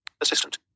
Assistant